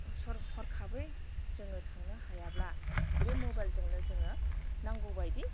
हरखाबै जोङो थांनो हायाब्ला बे मबाइलजोंनो जोङो नांगौ बायदि